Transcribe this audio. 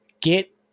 Get